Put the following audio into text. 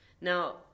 Now